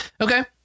okay